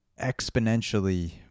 exponentially